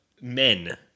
Men